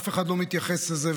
אף אחד לא מתייחס לזה,